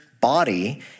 body